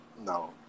no